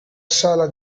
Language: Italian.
sala